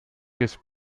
ist